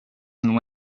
and